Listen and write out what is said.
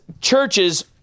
churches